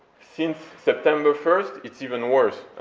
since september first, it's even worse.